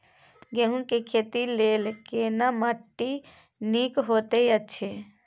गेहूँ के खेती लेल केना माटी नीक होयत अछि?